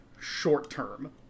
short-term